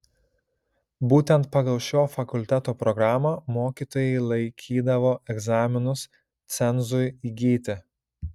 būtent pagal šio fakulteto programą mokytojai laikydavo egzaminus cenzui įgyti